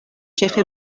ĉefe